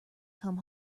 come